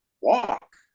walk